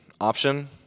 option